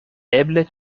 eble